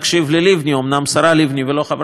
אומנם חברת הכנסת לבני ולא השרה לבני,